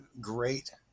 great